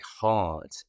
hard